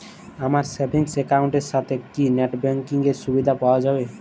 আমার savings account এর সাথে কি নেটব্যাঙ্কিং এর সুবিধা পাওয়া যাবে?